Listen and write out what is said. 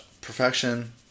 Perfection